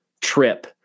trip